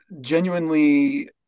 genuinely